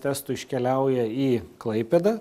testų iškeliauja į klaipėdą